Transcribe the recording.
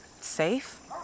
safe